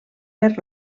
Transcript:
per